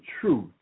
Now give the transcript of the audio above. truth